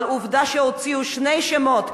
אבל עובדה שהוציאו שני שמות,